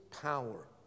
power